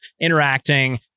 interacting